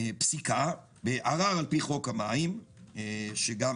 פסיקה בערר לפי חוק המים מ-2019,